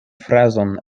frazon